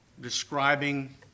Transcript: describing